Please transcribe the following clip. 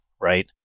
right